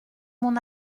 mon